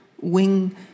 wing